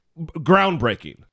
groundbreaking